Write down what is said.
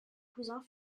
cousins